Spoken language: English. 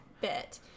bit